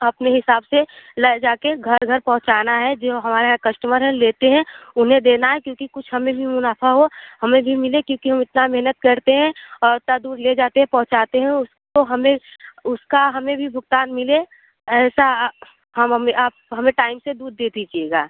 अपने हिसाब से ले जा कर घर घर पहुँचाना है जो हमारे यहाँ कश्टमर हैं लेते हैं उन्हें देना है क्योंकि कुछ हमें भी मुनाफ़ा हो हमें भी मिलें क्योकि हम इतनी मेहनत करते हैं और उतना ले जाते हैं पहुंचाते हैं तो हमें उसका हमें भी भुगतान मिले ऐसा हम हम भी आप हमें टाइम से दूध दे दीजिएगा